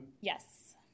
Yes